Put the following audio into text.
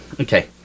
Okay